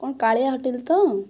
କ'ଣ କାଳିଆ ହୋଟେଲ ତ